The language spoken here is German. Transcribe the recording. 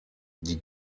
die